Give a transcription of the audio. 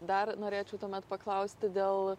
dar norėčiau tuomet paklausti dėl